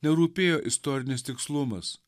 nerūpėjo istorinis tikslumas